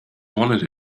wanted